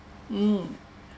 mm